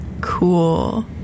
cool